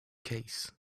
case